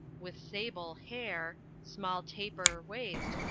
with sable hare, small tapir waist,